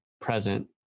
present